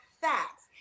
facts